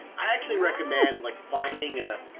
i actually recommend like finding, ah